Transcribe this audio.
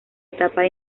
etapa